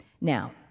Now